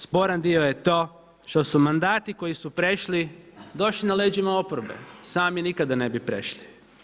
Sporan dio je to što su mandati koji su prešli došli na leđima oporbe, sami nikada ne bi prešli.